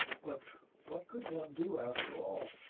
but what could one do after all!